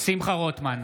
שמחה רוטמן,